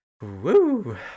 Woo